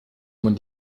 man